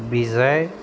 विजय